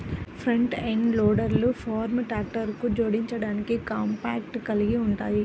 front end లోడర్లు farm ట్రాక్టర్లకు జోడించడానికి కాంపాక్ట్ కలిగి ఉంటాయి